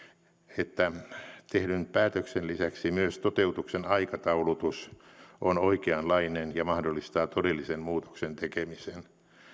että tehdyn päätöksen lisäksi myös toteutuksen aikataulutus on oikeanlainen ja mahdollistaa todellisen muutoksen tekemisen